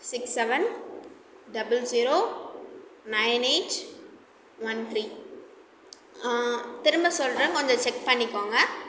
six seven double zero nine eight one three திரும்ப சொல்கிறேன் கொஞ்சம் செக் பண்ணிக்கோங்க